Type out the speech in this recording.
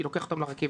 הוא ייקח אותם לרכבת,